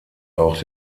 auch